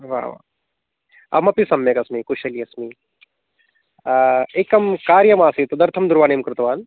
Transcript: वा वा अहमपि सम्यगस्मि कुशली अस्मि एकं कार्यमासीत् तदर्थं दूरवाणीं कृतवान्